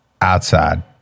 outside